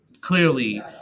clearly